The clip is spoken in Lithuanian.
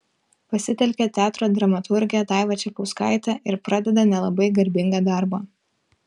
pasitelkia teatro dramaturgę daivą čepauskaitę ir pradeda nelabai garbingą darbą